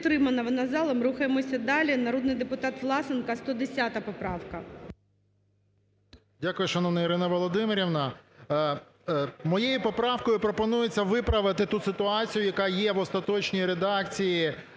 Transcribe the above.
Дякую, шановна Ірино Володимирівно. Моєю поправкою пропонується виправити ту ситуацію, яка є в остаточній редакції